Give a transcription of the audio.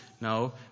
No